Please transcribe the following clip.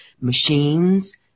machines